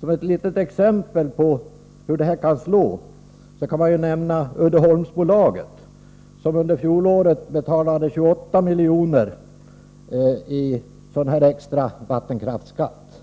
Som ett litet exempel på hur det kan slå kan jag nämna Uddeholmsbolaget, som under fjolåret betalade 28 milj.kr. i sådan extra vattenkraftsskatt.